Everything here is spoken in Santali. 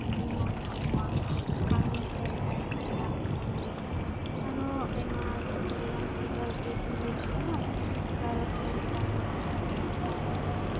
ᱢᱟᱺᱡᱷᱤᱦᱚᱸ ᱢᱮᱱᱟᱜ ᱠᱚᱣᱟ ᱚᱱᱠᱟᱜᱮ ᱢᱩᱠᱷᱤᱟᱹ ᱞᱮᱠᱟᱜᱮ ᱱᱟᱦᱟᱸᱜ ᱡᱟᱦᱟᱸ ᱞᱮᱠᱟᱵᱚᱱ ᱞᱟᱹᱭᱮᱫᱼᱟ ᱟᱨᱦᱚᱸ ᱟᱭᱢᱟ ᱟᱹᱛᱩᱠᱚ ᱨᱮᱭᱟᱝ ᱞᱟᱹᱭᱠᱮᱫᱼᱟ ᱵᱟᱝ ᱨᱮᱦᱚᱸ ᱢᱤᱫᱴᱟᱝ ᱢᱮᱱᱟᱜ ᱠᱚᱣᱟ ᱢᱩᱠᱷᱤᱭᱟᱹ